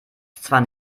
zwar